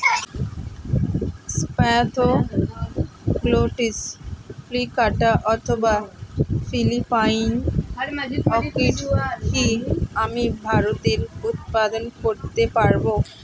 Spathoglottis plicata অথবা Philippine orchid কি আমি ভারতে উৎপাদন করতে পারবো?